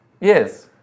Yes